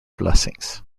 blessings